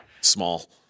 Small